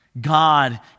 God